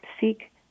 seek